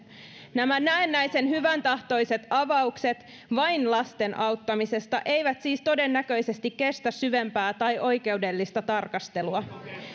nämä näennäisen hyväntahtoiset avaukset vain lasten auttamisesta eivät siis todennäköisesti kestä syvempää tai oikeudellista tarkastelua